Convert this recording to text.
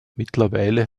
mittlerweile